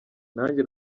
nanjye